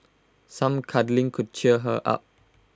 some cuddling could cheer her up